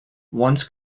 once